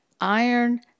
Iron